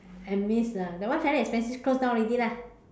Amis ah that one very expensive close down already lah